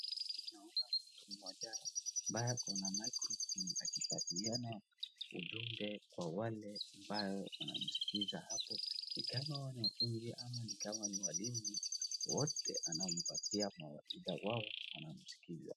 Naona mtu mmoja ambaye ako na microphone akipatiana ujumbe kwa wale ambaye wanamskiza hapo nikama wanafunzi ama nikama walimu wote anampatia mawaidhwa wao wanamskiza.